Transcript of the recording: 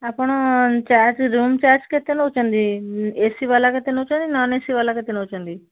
ଆପଣ charge room charge କେତେ ନେଉଛନ୍ତି ଏ ସି ବାଲା କେତେ ନେଉଛନ୍ତି ନନ୍ ଏ ସି ବାଲା କେତେ ନେଉଛନ୍ତି